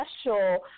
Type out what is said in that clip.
Special